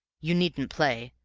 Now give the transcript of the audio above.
you needn't play,